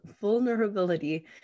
vulnerability